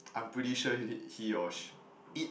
I'm pretty sure h~ he or she it